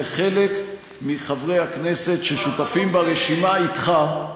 לחלק מחברי הכנסת ששותפים ברשימה אתך,